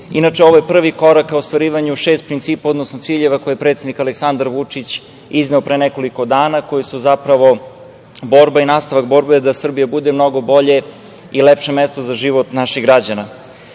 rečeno. Inače, ovo je prvi korak ka ostvarivanju šest principa, odnosno ciljeva koje je predsednik Aleksandar Vučić izneo pre nekoliko dana, koji su zapravo, borba i nastavak borbe da Srbija bude mnogo bolje i lepše mesto za život naših građana. Pokazali